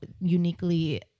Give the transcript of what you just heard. uniquely